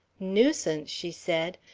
nuisance! she said.